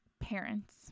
parents